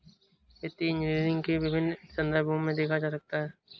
वित्तीय इंजीनियरिंग को विभिन्न संदर्भों में देखा जा सकता है